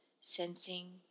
sensing